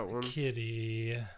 Kitty